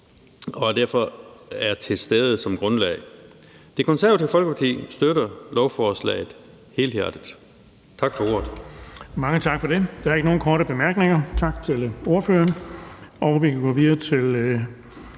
og derfor er til stede som grundlag. Det Konservative Folkeparti støtter lovforslaget helhjertet. Tak for ordet.